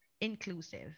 inclusive